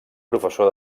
professor